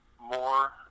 more